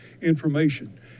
information